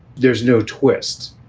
there's no twist.